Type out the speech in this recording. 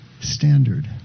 standard